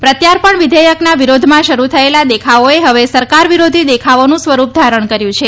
પ્રત્યાર્પણ વિધેયકના વિરોધમાં શરૂ થયેલા દેખાવોએ હવે સરકાર વિરોધી દેખાવોનું સ્વરૂપ ધારણ કર્યું છે